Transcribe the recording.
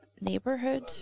neighborhood